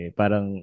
parang